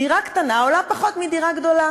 דירה קטנה עולה פחות מדירה גדולה.